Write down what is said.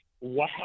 wow